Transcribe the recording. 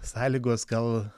sąlygos gal